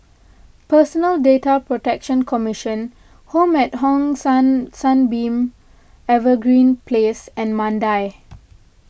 Personal Data Protection Commission Home at Hong San Sunbeam Evergreen Place and Mandai